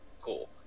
cool